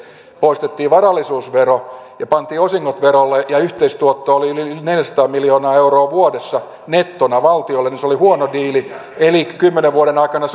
poistettiin varallisuusvero ja pantiin osingot verolle ja yhteistuotto oli yli neljäsataa miljoonaa euroa vuodessa nettona valtiolle niin se oli huono diili elikkä kymmenen vuoden aikana